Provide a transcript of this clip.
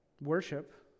Worship